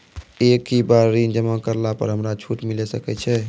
एक ही बार ऋण जमा करला पर हमरा छूट मिले सकय छै?